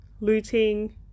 looting